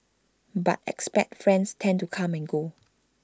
but expat friends tend to come and go